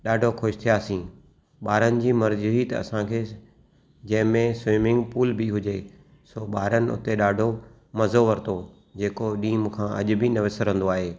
ॾाढो ख़ुशि थियासी ॿारनि जी मरिजी हुई त असांखे जंहिंमें स्विमिंग पुल बि हुजे छो ॿारनि हुते ॾाढो मज़ो वरितो जेको ॾींहुं मूंखा अॼु बि न विसरंदो आहे